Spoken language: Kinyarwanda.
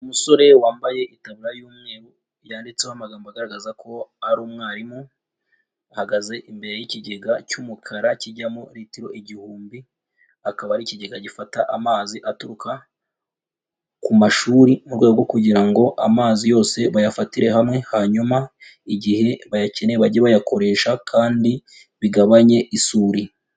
Umusore wambaye itaburiya y'umweru yanditseho amagambo agaragaza ko ari umwarimu, ahagaze imbere y'ikigega cy'umukara kijyamo litiro igihumbi, akaba ari ikigega gifata amazi aturuka ku mashuri mu rwego kugira ngo amazi yose bayafatire hamwe hanyuma igihe bayakeneye bajye bayakoresha kandi bigabanye isuri.